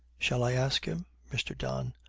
shall i ask him mr. don.